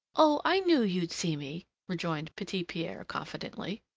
oh! i knew you'd see me! rejoined petit-pierre confidently.